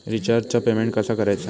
रिचार्जचा पेमेंट कसा करायचा?